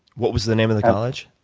what was the name of the college?